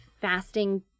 fasting